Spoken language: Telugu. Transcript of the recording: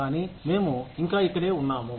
కానీ మేము ఇంకా ఇక్కడే ఉన్నాము